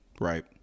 right